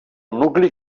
nucli